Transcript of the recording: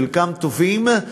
חלקם טובים,